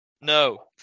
No